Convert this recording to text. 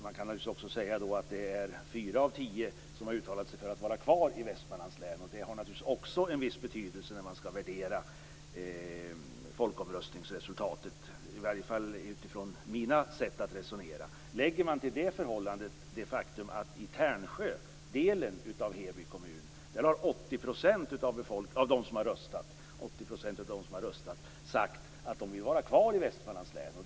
Man kan också säga att 4 av 10 har uttalat sig för att vara kvar i Västmanlands län. Enligt mitt sätt att resonera har även det en viss betydelse när man skall värdera folkomröstningsresultatet. Till detta kommer det faktum att 80 % av dem som har röstat i Tärnsjödelen av Heby kommun har sagt att de vill vara kvar i Västmanlands län.